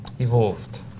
evolved